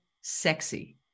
sexy